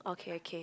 okay okay